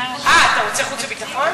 אתה רוצה חוץ וביטחון?